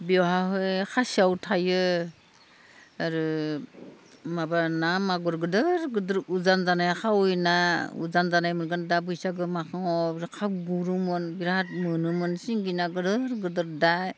बियावहाय खासेव थायो आरो माबा ना मागुर गिदिर गिदिर उजान जानाय खावै ना उजान जानाय मोनगोन दा बैसागु मासआव बेयाव गुरोमोन बिराद मोनोमोन सिंगि ना गिदिर गिदिर दा